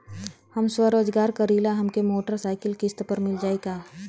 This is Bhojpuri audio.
हम स्वरोजगार करीला हमके मोटर साईकिल किस्त पर मिल जाई का?